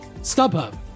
StubHub